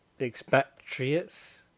expatriates